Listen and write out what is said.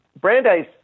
Brandeis